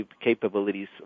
capabilities